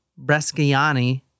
Bresciani